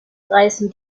reißen